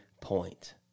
point